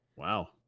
Wow